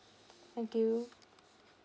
thank you